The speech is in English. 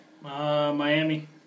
Miami